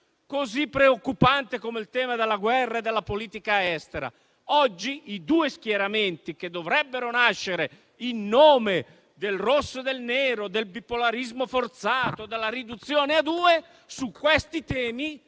e preoccupante come il tema della guerra e della politica estera. Oggi i due schieramenti, che dovrebbero nascere in nome del rosso e del nero, del bipolarismo forzato, della riduzione a due, su questi temi,